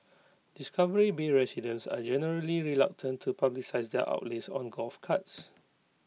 discovery bay residents are generally reluctant to publicise their outlays on golf carts